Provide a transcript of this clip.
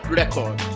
record